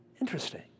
Interesting